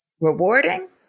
rewarding